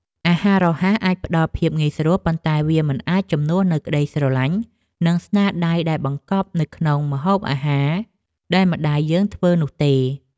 អាហាររហ័សអាចផ្តល់ភាពងាយស្រួល ប៉ុន្តែវាមិនអាចជំនួសនូវក្តីស្រលាញ់ និងស្នាដៃដែលបង្កប់នៅក្នុងម្ហូបអាហារដែលម្តាយយើងធ្វើនោះទេ។